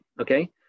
okay